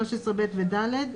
13(ב) ו-(ד)